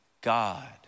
God